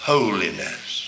Holiness